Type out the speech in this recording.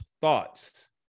thoughts